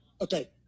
Okay